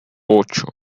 ocho